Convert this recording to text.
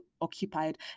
occupied